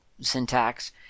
syntax